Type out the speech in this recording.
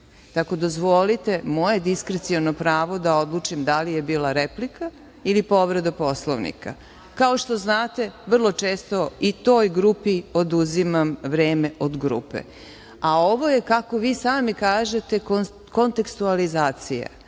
da, dozvolite moje diskreciono pravo da odlučim da li je bila replika ili povreda Poslovnika. Kao što znate vrlo često i toj grupi oduzimam vreme od grupe, a ovo je kako vi sami kažete – kontekstualizacija.